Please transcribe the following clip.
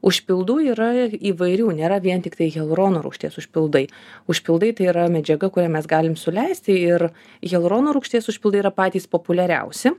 užpildų yra įvairių nėra vien tiktai hialurono rūgšties užpildai užpildai tai yra medžiaga kurią mes galim suleisti ir hialurono rūgšties užpildai yra patys populiariausi